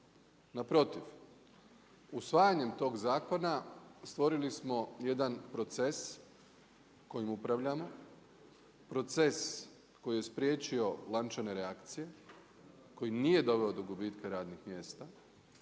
Naprotiv, usvajanjem tog zakona, stvorili smo jedan proces kojim upravljamo, proces koji je spriječio lančane reakcije, koji nije odveo do gubitka radnih mjesta,